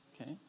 Okay